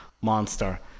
monster